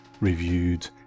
reviewed